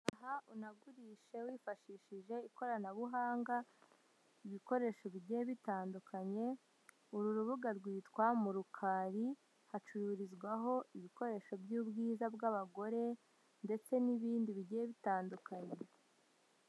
Haha unagurishe wifashishije ikoranabuhanga ibikoresho bigiye bitandukanye, uru rubuga rwitwa mu Rurukari hacururizwaho ibikoresho by'ubwiza bw'abagore ndetse n'ibindi bigiye bitandukanye.